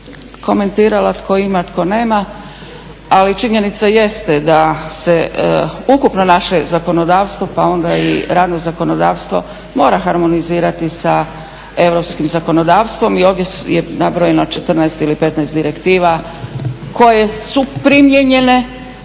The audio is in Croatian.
komentirali tko ima, tko nema. Ali činjenica jeste da se ukupno naše zakonodavstvo, pa onda i radno zakonodavstvo mora harmonizirati sa europskim zakonodavstvom i ovdje je nabrojeno 14 ili 15 direktiva koje su primijenjene